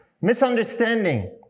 misunderstanding